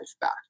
back